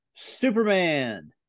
Superman